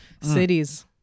cities